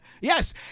Yes